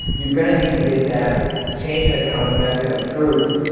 you're going to need to get that change in accounting method approved.